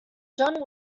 john